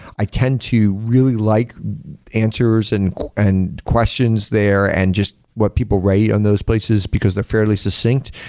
i tend to really like answers and and questions there and just what people write on those places, because they're fairly succinct.